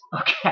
Okay